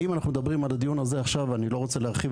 ואם אנחנו מדברים בדיון הזה עכשיו על חדר תרופות,